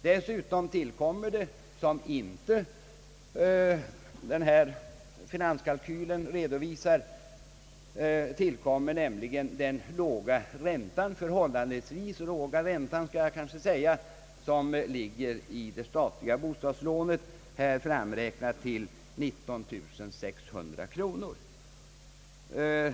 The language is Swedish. Dessutom tillkommer — vilket den här finanskalkylen inte redovisar — den förhållandevis låga ränta som ligger i det statliga bostadslånet, här framräknat till 19 600 kronor.